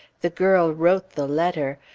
the girl wrote the letter,